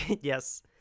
Yes